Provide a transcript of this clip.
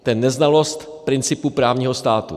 To je neznalost principu právního státu.